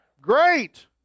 Great